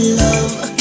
love